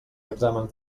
exàmens